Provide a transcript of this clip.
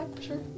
sure